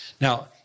Now